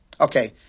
Okay